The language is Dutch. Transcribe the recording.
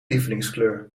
lievelingskleur